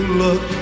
look